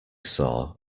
saw